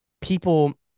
people